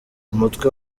umutwe